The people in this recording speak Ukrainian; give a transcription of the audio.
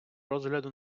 розгляду